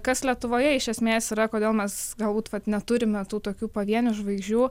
kas lietuvoje iš esmės yra kodėl mes galbūt vat neturime tų tokių pavienių žvaigždžių